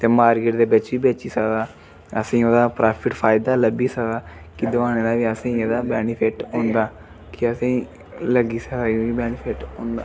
ते मार्किट दे बिच्च बी बेची सकदा असेंगी ओह्दा प्राफिट फ़ायदा लब्भी सकदा कि दुहाने दा बी असें एह्दा बेनिफिट होंदा के असेंगी लग्गी सकदा क्योंकि बेनिफिट होंदा